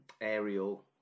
aerial